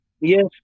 Yes